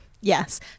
yes